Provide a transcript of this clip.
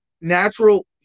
natural